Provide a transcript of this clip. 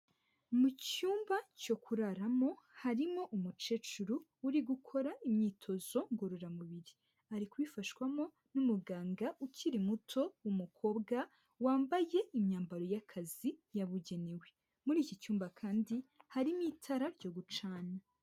Mu cyumba cyo kuraramo harimo umukecuru uri gukora imyitozo ngororamubiri, ari kubifashwamo n'umuganga ukiri muto w'umukobwa wambaye imyambaro y'akazi yabugenewe, muri iki cyumba kandi harimo itara ryo gucana.